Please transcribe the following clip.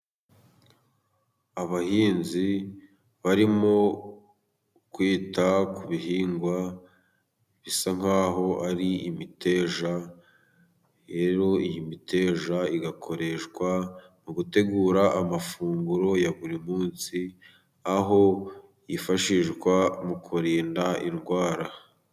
Abahinzi barimo kwita ku bihingwa bisa nk'aho ari imiteja, rero iyi miteja igakoreshwa mu gutegura amafunguro ya buri munsi, aho yifashishwa mu kurinda indwara.